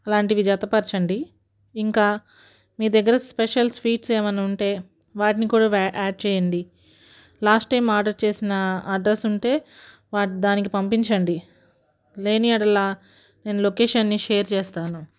అలాంటివి జతపరచండి ఇంకా మీ దగ్గర స్పెషల్ స్వీట్స్ ఏమైనా ఉంటే వాటిని కూడా వ్యా యాడ్ చేయండి లాస్ట్ టైం ఆర్డర్ చేసిన అడ్రస్ ఉంటే వాటి దానికి పంపించండి లేని యెడల నేను లోకేషన్ని షేర్ చేస్తాను